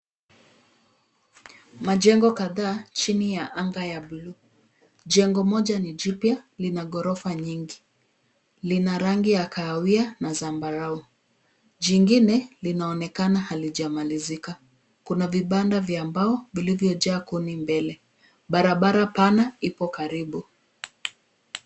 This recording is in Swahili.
Majengo kadhaa chini ya anga ya buluu, jengo moja ni jipya lina ghorofa mingi, lina rangi ya kahawia na zambarau, jingine linaonekana halijamalizika. Kuna vibanda vya mbao vilivyojaa kuni mbele. Barabara pana iko karibu.